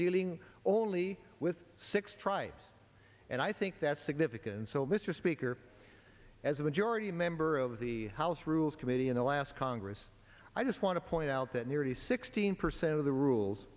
dealing only with six tribes and i think that's significant so mr speaker as a majority member of the house rules committee in the last congress i just want to point out that nearly sixteen percent of the rules